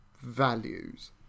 values